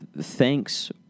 thanks